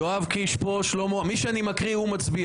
מי שאני מקריא מצביע